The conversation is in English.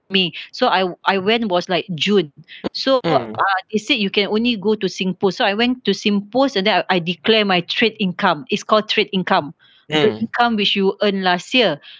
may so I I went was like june so what uh it said you can only go to Singpost so I went to sing post and then I declare my trade income it's called trade income the income which you earned last year